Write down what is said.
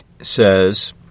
says